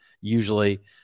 usually –